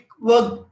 work